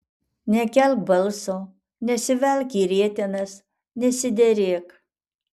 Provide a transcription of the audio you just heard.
nekelk balso nesivelk į rietenas nesiderėk